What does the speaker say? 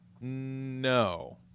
No